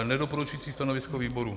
Nedoporučující stanovisko výboru.